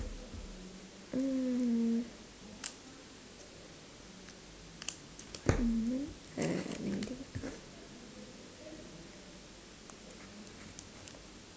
mm mm uh let me think